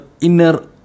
inner